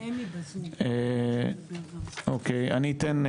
אני אתן,